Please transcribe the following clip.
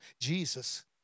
Jesus